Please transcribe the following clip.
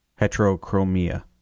heterochromia